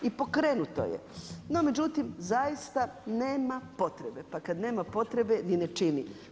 I pokrenuto je, no međutim zaista nema potrebe, pa kad nema potrebe, ni ne čini.